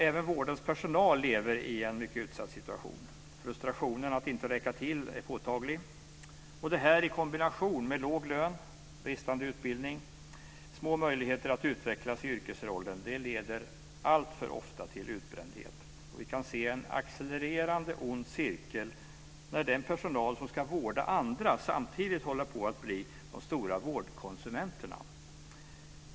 Även vårdens personal lever i en mycket utsatt situation. Frustrationen över att inte räcka till är påtaglig. Det här i kombination med låg lön, bristande utbildning och små möjligheter att utvecklas i yrkesrollen leder alltför ofta till utbrändhet. Vi kan se en accelererande ond cirkel när de som ska vårda andra samtidigt håller på att bli de stora vårdkonsumenterna.